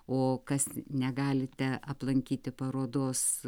o kas negalite aplankyti parodos